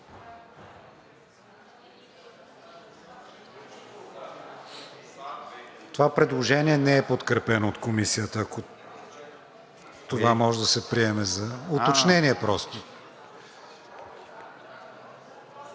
Това предложение не е подкрепено от Комисията, ако това може да се приеме за уточнение.